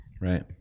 right